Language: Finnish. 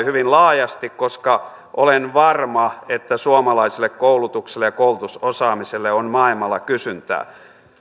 hyvin laajasti koska olen varma että suomalaiselle koulutukselle ja koulutusosaamiselle on maailmalla kysyntää